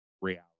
reality